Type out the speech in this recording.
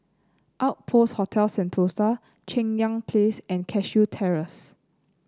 Outpost Hotel Sentosa Cheng Yan Place and Cashew Terrace